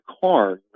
car